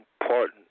important